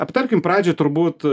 aptarkim pradžioj turbūt